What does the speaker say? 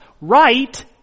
Right